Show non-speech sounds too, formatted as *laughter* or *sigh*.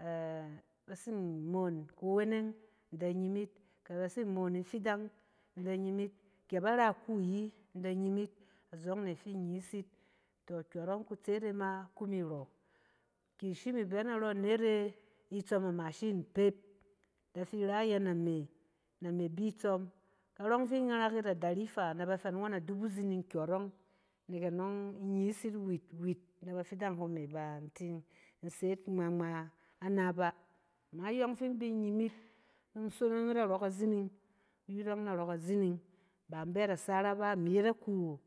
*hesitation* ba tsin moon kuweneng na nyim yit, kɛ ba tsin moon ifidan na nyim yit, kɛ ba ra iku ayi in da nyim yit, azɔng e fi in da nyim yit. Tɔ!, kyɔrɔng kutse e ma ku mi rɔ. Ki i shim i bɛ narɔ anet e itsɔm amashing pet, da fi i ra ye name, name bi itsɔm. Karɔ fi in ngarak yit adari faa, na ba fɛ ni ngɔn adubu zining kyɔrɔng, nɛk anɔng, in nyis yit wet wet na bafidan hom e ba in tsin se yit ngma ngma ana bá. Ama yɔng fi in bi nyim yit, in sonong yit narɔ kazining, yit ɔng narɔ kazining, ba in bɛ yit asara bá, imi yɔng in yet akuwu.